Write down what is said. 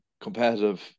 competitive